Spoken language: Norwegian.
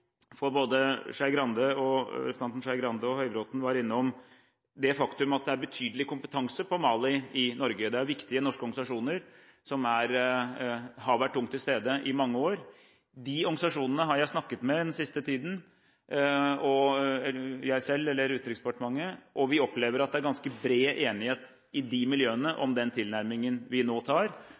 Både representanten Skei Grande og representanten Høybråten var innom det faktum at det er betydelig kompetanse om Mali i Norge, og viktige norske organisasjoner som har vært tungt til stede i mange år. Jeg og Utenriksdepartementet har snakket med disse organisasjonene den siste tiden, og vi opplever at det er ganske bred enighet i disse miljøene om den tilnærmingen vi nå tar